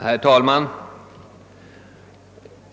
Herr talman!